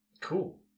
cool